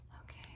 Okay